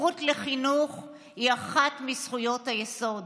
הזכות לחינוך היא אחת מזכויות היסוד,